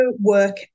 work